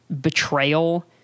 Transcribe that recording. betrayal